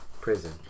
Prison